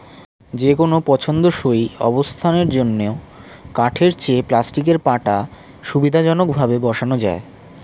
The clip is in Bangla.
যেকোনো পছন্দসই অবস্থানের জন্য কাঠের চেয়ে প্লাস্টিকের পাটা সুবিধাজনকভাবে বসানো যায়